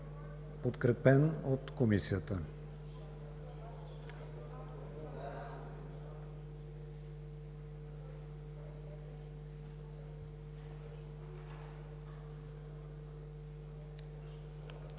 подкрепят от Комисията.